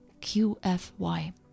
QFY